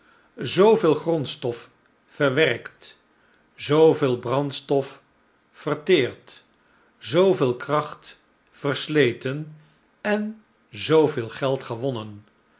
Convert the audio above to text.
zveel grondstof verwerkt zooveel brandstof verteerd zooveel kracht versleten en zooveel geld gewonnen